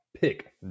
pick